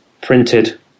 printed